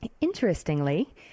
interestingly